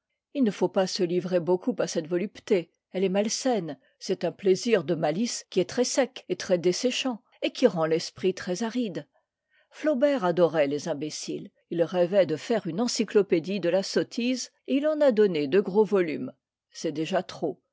il ne faut pas se livrer beaucoup à cette volupté elle est malsaine c'est un plaisir de malice qui est très sec et très desséchant et qui rend l'esprit très aride flaubert adorait les imbéciles il rêvait de faire une encyclopédie de la sottise et il en a donné deux gros volumes c'est déjà trop